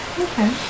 Okay